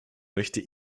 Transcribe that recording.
möchte